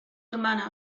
hermana